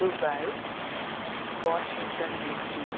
Dubai Washington DC